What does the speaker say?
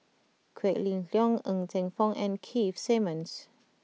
Quek Ling Kiong Ng Teng Fong and Keith Simmons